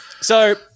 So-